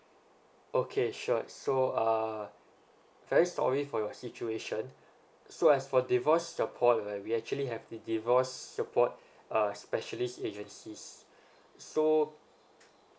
okay sure so uh very sorry for your situation so as for divorce support right we actually have the divorce support uh specialist agencies so